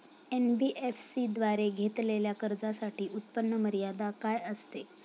NBFC द्वारे घेतलेल्या कर्जासाठी उत्पन्न मर्यादा काय असते?